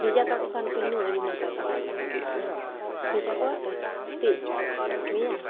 ᱵᱷᱮᱡᱟ ᱠᱟᱠᱚ ᱠᱷᱟᱱ ᱯᱮ ᱦᱩᱱᱟᱹᱝ ᱟᱹᱰᱤ ᱱᱟᱯᱟᱭ ᱠᱟᱛᱷᱟ ᱠᱟᱱᱟ ᱵᱷᱮᱡᱟ ᱠᱚᱣᱟ ᱯᱮ ᱛᱤᱥ ᱢᱮᱭᱟᱝ